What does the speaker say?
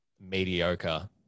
mediocre